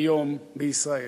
היום בישראל.